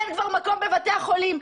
אין כבר מקום בבתי החולים.